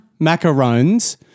Macarons